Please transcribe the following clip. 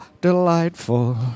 delightful